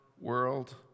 world